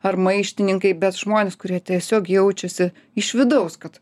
ar maištininkai bet žmonės kurie tiesiog jaučiasi iš vidaus kad